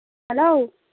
hello